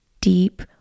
deep